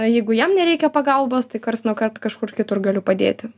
jeigu jam nereikia pagalbos tai karts nuo kart kažkur kitur galiu padėti